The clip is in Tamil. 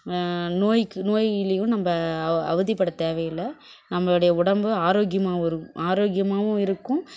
நோய்க்கு நோயாலையும் நம்ம அவதிப்பட தேவையில்லை நம்மளுடைய உடம்பு ஆரோக்கியமாகவும் இருக் ஆரோக்கியமாகவும் இருக்கும்